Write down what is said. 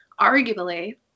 arguably